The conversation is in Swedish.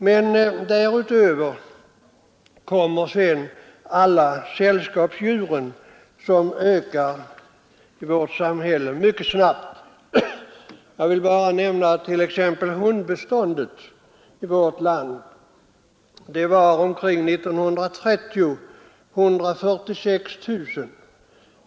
Men därutöver kommer sedan alla sällskapsdjur, som i vårt samhälle ökar mycket snabbt i antal. Hundbeståndet var i vårt land år 1930 146 000.